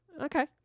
Okay